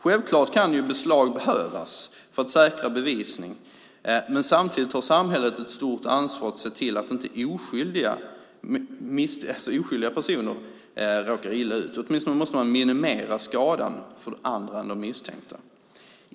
Självklart kan beslag behövas för att säkra bevisning, men samtidigt har samhället ett stort ansvar för att se till att inte oskyldiga personer råkar illa ut. Åtminstone måste man minimera skadan för andra än de misstänkta.